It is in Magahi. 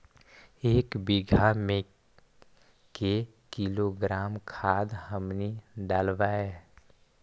एक बीघा मे के किलोग्राम खाद हमनि डालबाय?